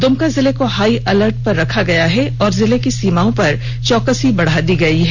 दुमका जिले को high alert कर दिया गया है और जिले की सीमाओं पर चौकसी बढ़ा दी गई है